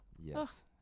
Yes